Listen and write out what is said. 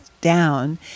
down